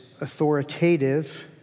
authoritative